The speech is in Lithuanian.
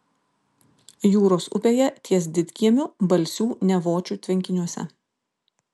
jūros upėje ties didkiemiu balsių nevočių tvenkiniuose